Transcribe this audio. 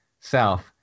south